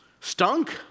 stunk